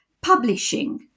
publishing